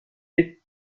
est